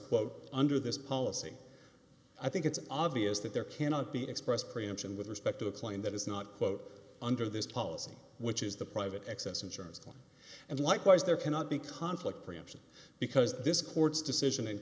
quote under this policy i think it's obvious that there cannot be expressed preemption with respect to the plane that is not quote under this policy which is the private excess insurance claim and likewise there cannot be conflict preemption because this court's decision